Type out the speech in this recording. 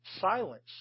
silence